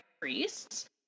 priests